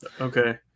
okay